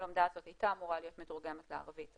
הלומדה הזו הייתה אמורה להיות מתורגמת לערבית,